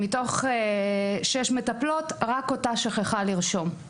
רק אותה שכחה לרשום מתוך שש מטפלות.